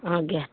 ଆଜ୍ଞା